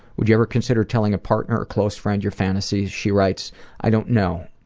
would you ever consider telling a partner or close friend your fantasies? she writes, i don't know.